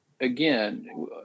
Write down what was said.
again